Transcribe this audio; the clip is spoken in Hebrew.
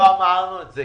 לא אמרנו את זה,